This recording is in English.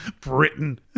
Britain